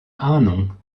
ahnung